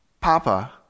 Papa